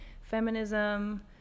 feminism